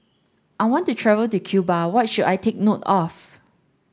I want to travel to Cuba What should I take note of